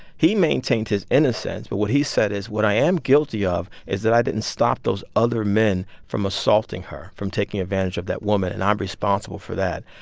he maintained his innocence. but what he said is what i am guilty of is that i didn't stop those other men from assaulting her, from taking advantage of that woman, and i'm um responsible for that.